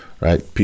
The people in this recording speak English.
right